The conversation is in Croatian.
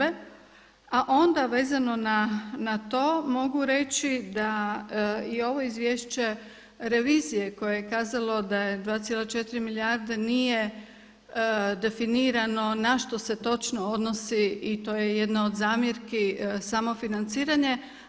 A onda vezano na to, mogu reći da je i ovo izvješće revizije koje je kazalo da je 2,4 milijarde nije definirano na što se točno odnosi i to je jedna od zamjerki samo financiranje.